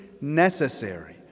necessary